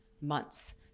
months